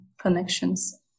connections